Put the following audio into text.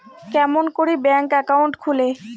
কেমন করি bank account খুলে?